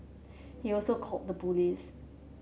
he also called the police